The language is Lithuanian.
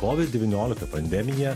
kovid devyniolika pandemija